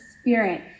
Spirit